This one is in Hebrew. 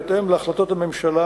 בהתאם להחלטות הממשלה,